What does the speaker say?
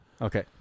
Okay